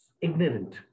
ignorant